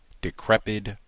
decrepit